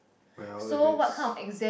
well if it's